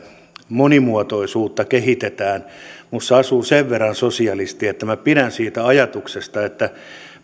monimuotoisuutta kehitetään minussa asuu sen verran sosialisti että minä pidän siitä ajatuksesta että